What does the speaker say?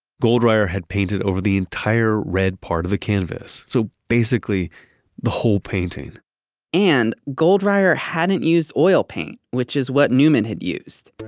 goldreyer had painted over the entire red part of the canvas, so basically the whole painting and goldreyer hadn't used oil paint, which is what newman had used.